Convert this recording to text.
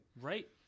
Right